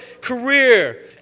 career